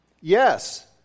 Yes